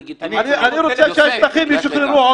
שהוא עם לגיטימציה --- אני רוצה שהשטחים ישוחררו,